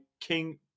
King